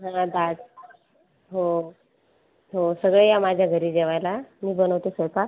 हां दाट हो हो सगळे या माझ्या घरी जेवायला मी बनवतो स्वैपाक